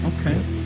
okay